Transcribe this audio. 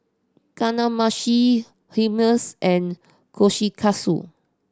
Kamameshi Hummus and Kushikatsu